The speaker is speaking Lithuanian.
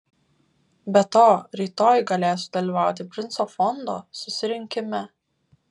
be to rytoj galėsiu dalyvauti princo fondo susirinkime